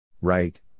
Right